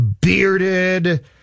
bearded